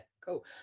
cool